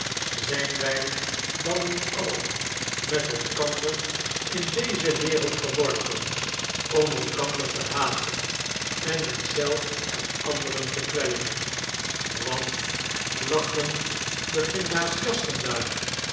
zijn wij dan niet allen met elkander in deze wereld geworpen om elkander te haten en ons zelf en anderen te kwellen wat lachen